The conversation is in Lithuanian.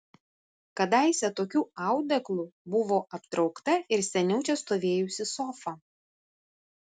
kadaise tokiu audeklu buvo aptraukta ir seniau čia stovėjusi sofa